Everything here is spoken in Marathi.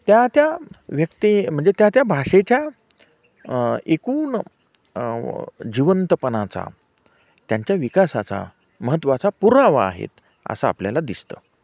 त्या त्या व्यक्ती म्हणजे त्या त्या भाषेच्या एकूण जिवंतपणाचा त्यांच्या विकासाचा महत्त्वाचा पुरावा आहेत असं आपल्याला दिसतं